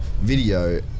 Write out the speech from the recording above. video